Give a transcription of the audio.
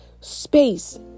space